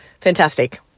fantastic